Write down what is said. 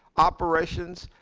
operations,